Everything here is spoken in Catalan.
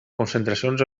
concentracions